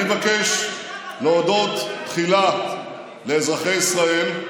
אני מבקש להודות תחילה לאזרחי ישראל,